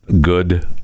Good